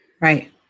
right